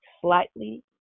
slightly